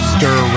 Stir